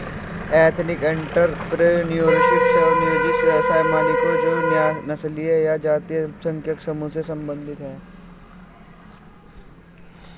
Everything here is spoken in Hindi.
एथनिक एंटरप्रेन्योरशिप, स्व नियोजित व्यवसाय मालिकों जो नस्लीय या जातीय अल्पसंख्यक समूहों से संबंधित हैं